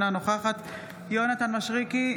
אינה נוכחת יונתן מישרקי,